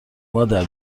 مادر